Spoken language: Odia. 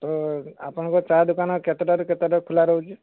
ତ ଆପଣଙ୍କ ଚାହା ଦୋକାନ କେତେଟାରୁ କେତେଟା ଖୋଲାରହୁଛି